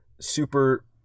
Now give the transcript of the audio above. super